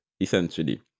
essentially